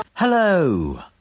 Hello